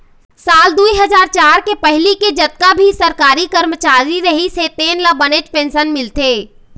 साल दुई हजार चार के पहिली के जतका भी सरकारी करमचारी रहिस हे तेन ल बनेच पेंशन मिलथे